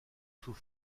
sous